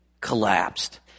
collapsed